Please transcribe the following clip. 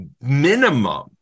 minimum